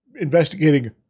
investigating